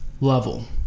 level